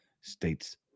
states